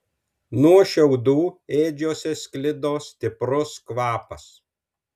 nuo šiaudų ėdžiose sklido stiprus kvapas